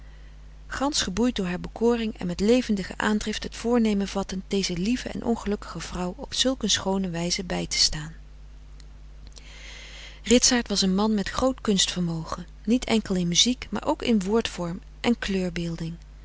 gansch geboeid door haar bekoring en met levendige aandrift het voornemen vattend deze lieve en ongelukkige vrouw op zulk een schoone wijze bij te staan ritsaart was een man met groot kunstvermogen niet enkel in muziek maar ook in woord vorm en